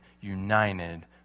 united